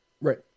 Right